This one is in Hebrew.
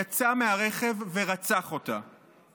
יצא מהרכב ורצח אותה.